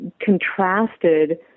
contrasted